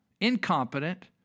incompetent